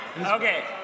okay